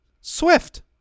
swift